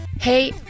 Hey